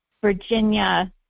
Virginia